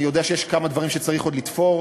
אני יודע שיש כמה דברים שצריך עוד לתפור,